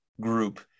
group